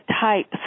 type